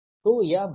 तो यह भार